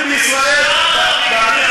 כאילו,